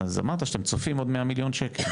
אז אמרת שאתם צופים עוד 100 מיליון שקל.